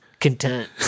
Content